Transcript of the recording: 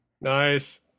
Nice